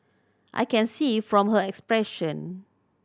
I can see from her expression